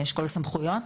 אשכול הסמכויות.